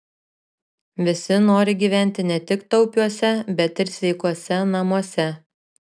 visi nori gyventi ne tik taupiuose bet ir sveikuose namuose